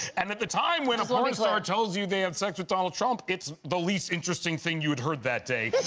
and at the time, when a porn star tells you they had sex with donald trump, it's the least interesting thing you'd heard that day,